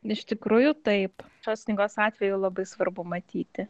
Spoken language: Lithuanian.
iš tikrųjų taip šios ligos atveju labai svarbu matyti